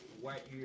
white